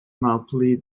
malpli